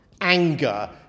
Anger